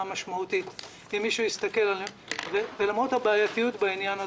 משמעותית למרות הבעייתיות בעניין הזה,